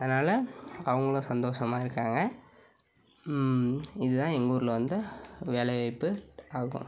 அதனால் அவங்களும் சந்தோஷமாக இருக்காங்க இதுதான் எங்கள் ஊரில் வந்த வேலைவாய்ப்பு ஆகும்